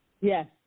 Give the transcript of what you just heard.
Yes